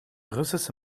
russische